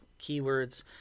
keywords